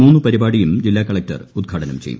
മൂന്നു പരിപാടിയും ജില്ലാ കളക്ടർ ഉദ്ദ്ഘാടനം ചെയ്യും